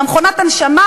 ממכונת ההנשמה,